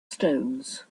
stones